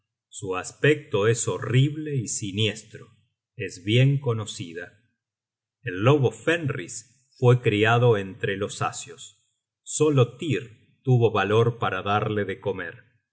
su aspecto es horrible y siniestro es bien conocida el lobo fenris fue criado entre los asios solo tyr tuvo valor para darle de comer